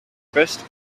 best